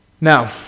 Now